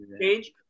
change